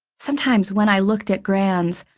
sometimes when i looked at grans,